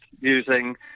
using